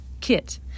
kit